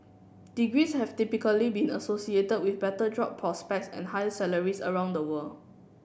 degrees have typically been associated with better job prospects and higher salaries around the world